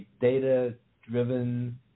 data-driven